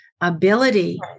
ability